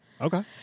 Okay